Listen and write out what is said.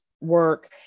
work